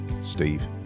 Steve